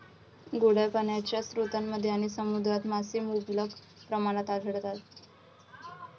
गोड्या पाण्याच्या स्रोतांमध्ये आणि समुद्रात मासे मुबलक प्रमाणात आढळतात